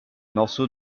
morceaux